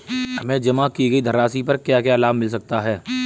हमें जमा की गई धनराशि पर क्या क्या लाभ मिल सकता है?